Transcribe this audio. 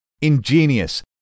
ingenious